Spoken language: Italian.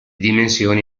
dimensioni